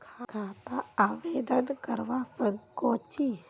खाता आवेदन करवा संकोची?